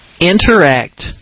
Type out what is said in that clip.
Interact